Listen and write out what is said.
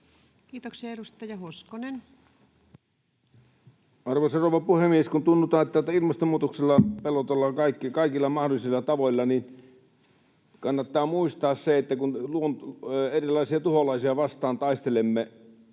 Kiitoksia. — Edustaja Hoskonen. Arvoisa rouva puhemies! Kun tuntuu, että ilmastonmuutoksella pelotellaan kaikilla mahdollisilla tavoilla, niin kannattaa muistaa se, että kun erilaisia tuholaisia vastaan taistelemme